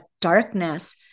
darkness